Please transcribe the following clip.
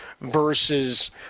versus